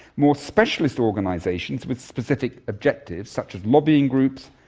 more specialist organisations with specific objectives such as lobbying groups,